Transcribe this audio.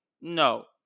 no